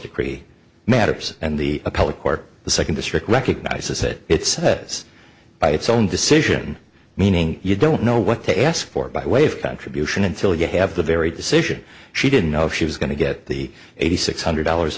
court the second district recognizes it it says by its own decision meaning you don't know what to ask for by way of contribution until you have the very decision she didn't know if she was going to get the eighty six hundred dollars